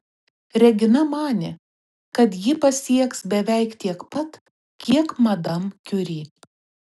regina manė kad ji pasieks beveik tiek pat kiek madam kiuri